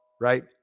right